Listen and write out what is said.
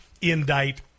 indict